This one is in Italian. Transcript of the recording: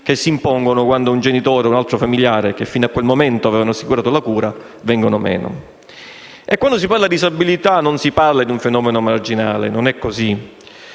che si impongono quanto un genitore o un altro familiare, che fino a quel momento avevano assicurato la cura, vengono meno. Quando si parla di disabilità non si parla un fenomeno marginale, non è così.